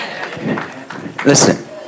Listen